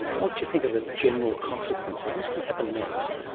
what do you think of the general consequences? what's going to happen next?